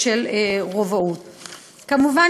כמובן,